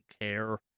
care